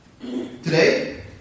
Today